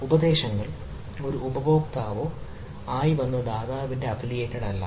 ഉപദേശങ്ങൾ ഒരു ഉപയോക്താവോ ഉപഭോക്താവോ ആയി വന്ന ദാതാവിന്റെ അഫിലിയേറ്റഡ് അല്ല